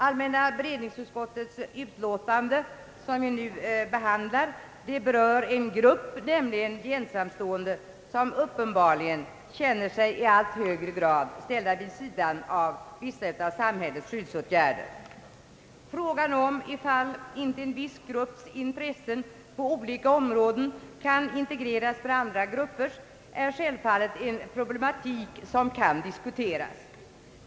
Allmänna beredningsutskottets utlåtande, som vi nu behandlar, berör en grupp, nämligen de ensamstående, som uppenbarligen känner sig i allt högre grad ställda vid sidan av samhällets skyddsåtgärder. Frågan om inte en viss grupps intressen på olika områden kan integreras med andra gruppers är självfallet en problematik som kan diskuteras.